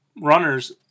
runners